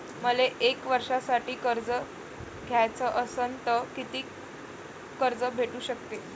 मले एक वर्षासाठी कर्ज घ्याचं असनं त कितीक कर्ज भेटू शकते?